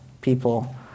people